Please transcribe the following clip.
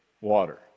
water